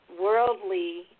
worldly